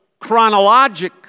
chronologic